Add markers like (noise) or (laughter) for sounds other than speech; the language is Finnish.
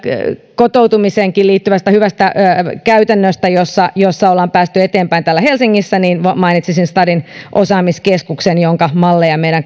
kotoutumiseenkin liittyvästä hyvästä käytännöstä jossa jossa ollaan päästy eteenpäin täällä helsingissä mainitsisin stadin osaamiskeskuksen jonka malleja meidän (unintelligible)